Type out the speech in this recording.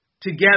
together